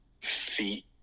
feet